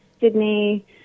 Sydney